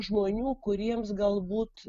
žmonių kuriems galbūt